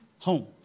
home